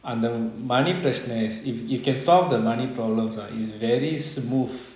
அந்த:antha money பிரச்னை:prechana if if can solve the money problems lah is very smooth